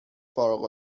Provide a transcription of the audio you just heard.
فارغ